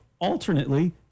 alternately